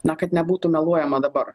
na kad nebūtų meluojama dabar